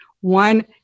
one